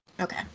okay